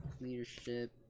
leadership